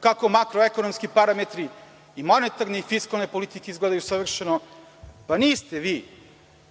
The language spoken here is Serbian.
kako makroekonomski parametri i monetarne i fiskalne politike izgledaju savršeno, niste vi